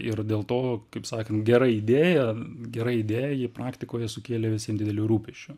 ir dėl to kaip sakant gera idėja gera idėja ji praktikoje sukėlė visiem didelių rūpesčių